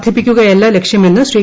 വർധിപ്പിക്കുകയല്ലലക്ഷ്യമെന്ന് Shri